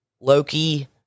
Loki